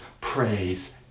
praise